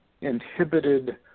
inhibited